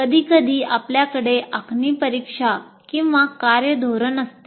कधीकधी आपल्याकडे आखणी परीक्षा किंवा कार्य धोरण असते